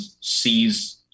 sees